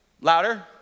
Louder